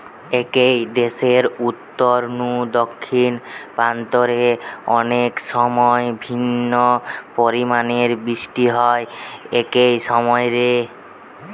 একই দেশের উত্তর নু দক্ষিণ প্রান্ত রে অনেকসময় বিভিন্ন পরিমাণের বৃষ্টি হয় একই সময় রে